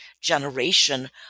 generation